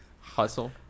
Hustle